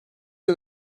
yıl